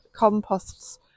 composts